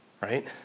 right